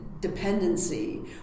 dependency